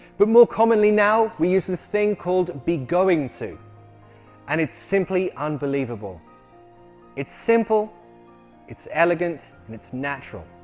but more commonly now we use this thing called be going to and it's simply unbelievable it's simple its elegant and its natural